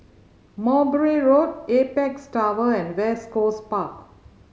Mowbray Road Apex Tower and West Coast Park